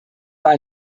war